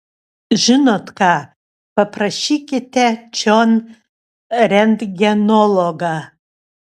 žinot ką paprašykite čion rentgenologą